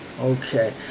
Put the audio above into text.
Okay